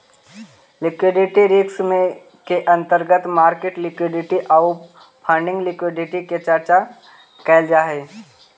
liquidity risk के अंतर्गत market liquidity आउ फंडिंग लिक्विडिटी के चर्चा कैल जा हई